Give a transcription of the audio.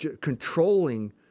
controlling